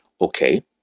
Okay